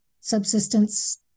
subsistence